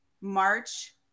March